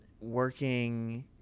working –